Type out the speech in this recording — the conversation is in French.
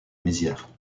mézières